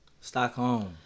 Stockholm